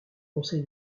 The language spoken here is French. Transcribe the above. conseil